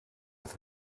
with